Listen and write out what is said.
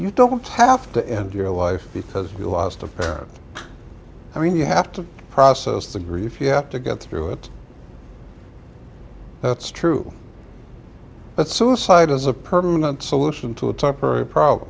you don't have to end your life because you lost a parent i mean you have to process the grief you have to get through it that's true but suicide is a permanent solution to a temporary problem